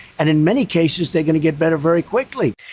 and in many cases they're going to get better very quickly.